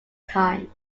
time